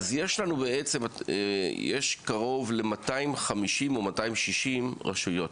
אז יש, בעצם, קרוב ל-250 או 260 רשויות.